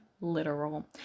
literal